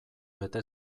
bete